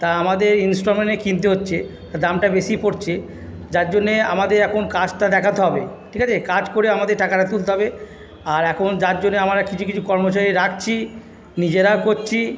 তা আমাদের ইনস্টলমেন্টে কিনতে হচ্ছে দামটা বেশি পড়ছে যার জন্যে আমাদের এখন কাজটা দেখাতে হবে ঠিক আছে কাজ করে আমাদের টাকাটা তুলতে হবে আর এখন যার জন্যে আমরা কিছু কিছু কর্মচারী রাখছি নিজেরা করছি